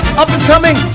up-and-coming